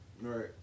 right